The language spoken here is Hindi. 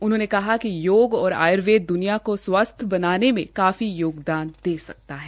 उन्होंने कहा कि योग और आय्र्वेद द्निया को स्वसथ बनाने में काफी योगदान दे सकता है